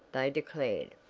they declared.